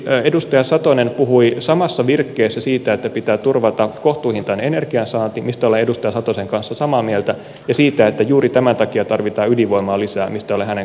edustaja satonen puhui samassa virkkeessä siitä että pitää turvata kohtuuhintainen energiansaanti mistä olen edustaja satosen kanssa samaa mieltä ja siitä että juuri tämän takia tarvitaan ydinvoimaa lisää mistä olen hänen kanssaan eri mieltä